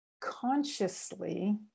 consciously